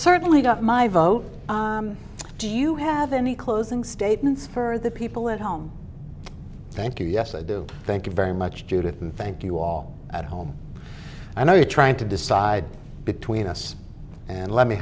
certainly got my vote do you have any closing statements for the people at home thank you yes i do thank you very much judith and thank you all at home i know you're trying to decide between us and let me